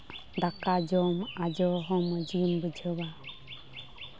ᱫᱟᱠᱟ ᱡᱚᱢ ᱟᱡᱚ ᱦᱚᱸ ᱢᱚᱡᱽ ᱜᱮᱢ ᱵᱩᱡᱷᱟᱹᱣᱟ